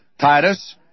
Titus